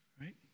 right